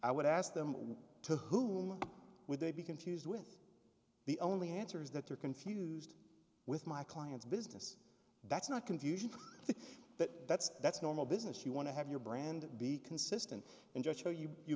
i would ask them to whom would they be confused with the only answer is that they're confused with my client's business that's not confusion that that's that's normal business you want to have your brand be consistent and just show you you